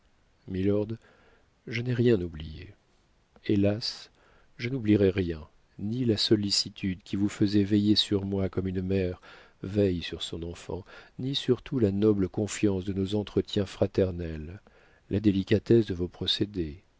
milord je n'ai rien oublié hélas je n'oublierai rien ni la sollicitude qui vous faisait veiller sur moi comme une mère veille sur son enfant ni surtout la noble confiance de nos entretiens fraternels la délicatesse de vos procédés